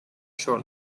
short